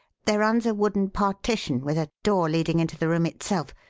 there runs a wooden partition with a door leading into the room itself,